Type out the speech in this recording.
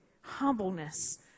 humbleness